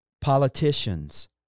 politicians